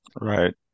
Right